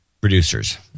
producers